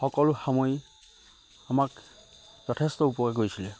সকলো সময়ে আমাক যথেষ্ট উপকাৰ কৰিছিলে